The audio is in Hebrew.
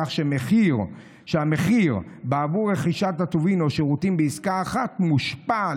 כך שהמחיר בעבור רכישת הטובין או השירותים בעסקה אחת מושפע,